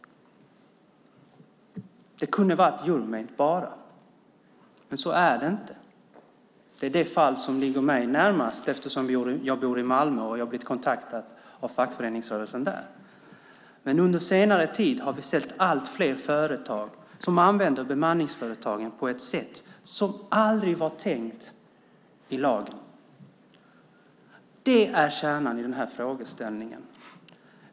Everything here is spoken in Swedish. Det kunde ha varit bara Euromaint, men så är det inte. Det är det fall som ligger mig närmast eftersom jag bor i Malmö och har blivit kontaktad av fackföreningsrörelsen där. Men under senare tid har vi sett allt fler företag som använder bemanningsföretagen på ett sätt som aldrig var tänkt i lagen. Det är kärnan i den här frågeställningen.